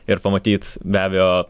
ir pamatyt be abejo